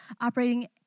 operating